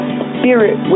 spirit